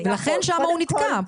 לכן שם הוא נתקע,